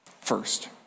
first